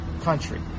country